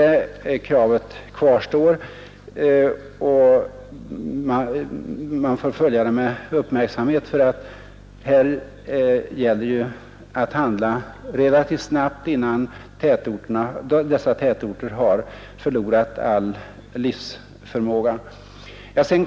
Kravet kvarstår. Här gäller det ju också att handla relativt snabbt, innan dessa tätorter har förlorat all livsförmåga.